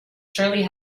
surely